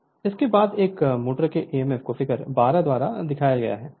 Refer Slide Time 3312 इसके बाद एक मोटर के ईएमएफ को फिगर 12 द्वारा दिखाया गया है